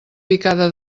picada